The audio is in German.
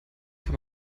kann